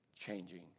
changing